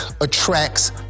attracts